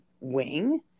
wing